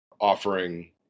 offering